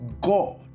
God